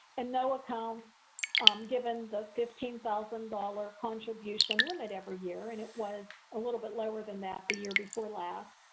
and no account given the fifteen thousand dollars contribution limit every year and it was a little bit lower than that a year before last.